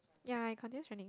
ya it continues running